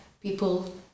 people